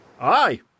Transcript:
Aye